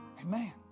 amen